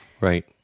Right